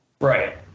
Right